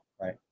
right